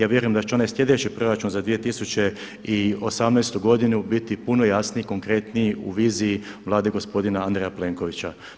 Ja vjerujem da će onaj sljedeći proračun za 2018. godinu biti puno jasniji i konkretni u viziji Vlade gospodina Andreja Plenkovića.